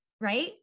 right